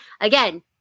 again